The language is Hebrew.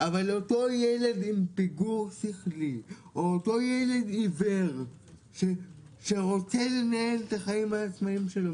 אבל ילד עם פיגור שכלי או ילד עיוור שרוצה לנהל את החיים העצמאים שלו,